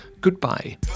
goodbye